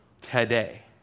Today